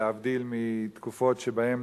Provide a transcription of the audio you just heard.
להבדיל מתקופות שבהן